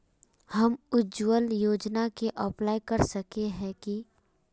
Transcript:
हम उज्वल योजना के अप्लाई कर सके है की?